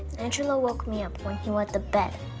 angelo woke me up when he wet the bed.